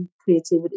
creativity